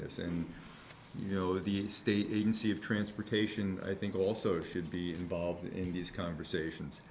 this and you know the state agency of transportation i think also should be involved in these conversations